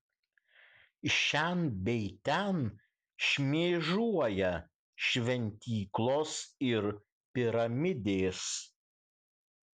šen bei ten šmėžuoja šventyklos ir piramidės